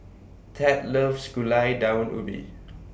Tad loves Gulai Daun Ubi